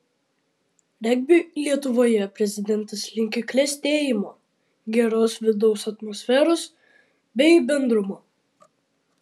regbiui lietuvoje prezidentas linki klestėjimo geros vidaus atmosferos bei bendrumo